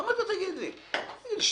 ואמרתי לו: תגיד לי, השתגעתם?